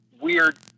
weird